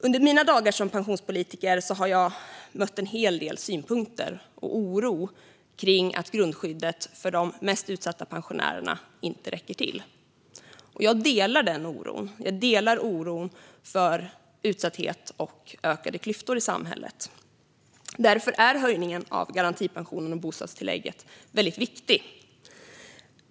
Under mina dagar som pensionspolitiker har jag mött en hel del synpunkter och oro kring att grundskyddet för de mest utsatta pensionärerna inte räcker till. Jag delar den oron. Jag delar oron för utsatthet och ökade klyftor i samhället. Därför är höjningen av garantipensionen och bostadstillägget väldigt viktig.